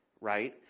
right